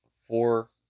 four